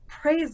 praise